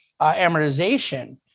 amortization